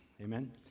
amen